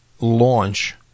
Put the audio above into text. launch